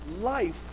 life